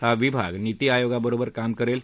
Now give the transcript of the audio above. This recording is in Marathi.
हा विभाग नीती आयोगाबरोबर काम करेल